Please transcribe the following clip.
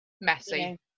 messy